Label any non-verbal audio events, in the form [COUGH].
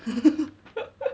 [LAUGHS]